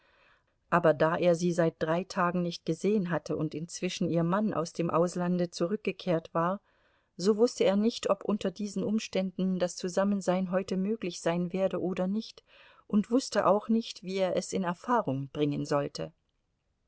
aber da er sie seit drei tagen nicht gesehen hatte und inzwischen ihr mann aus dem auslande zurückgekehrt war so wußte er nicht ob unter diesen umständen das zusammensein heute möglich sein werde oder nicht und wußte auch nicht wie er es in erfahrung bringen sollte